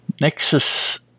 Nexus